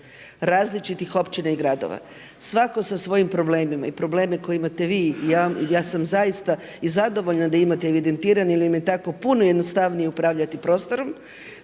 različitih općina i gradova svatko sa svojim problemima. I probleme koje imate vi. Ja sam zaista i zadovoljna da imate evidentirane jer im je tako puno jednostavnije upravljati prostorom.